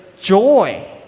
joy